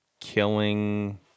killing